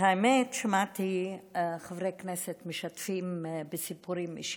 האמת ששמעתי חברי כנסת משתפים בסיפורים אישיים,